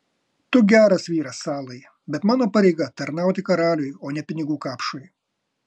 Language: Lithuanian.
tu geras vyras salai bet mano pareiga tarnauti karaliui o ne pinigų kapšui